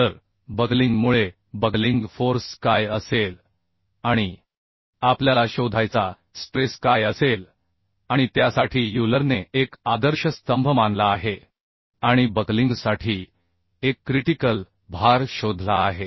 तर बकलिंगमुळे buckling force काय असेल आणि आपल्याला शोधायचा स्ट्रेस काय असेल आणि त्यासाठी युलरने एक आदर्श स्तंभ मानला आहे आणि बकलिंगसाठी एक क्रीटिकल भार शोधला आहे